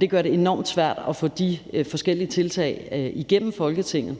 Det gør det enormt svært at få de forskellige tiltag igennem Folketinget